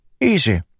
Easy